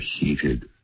heated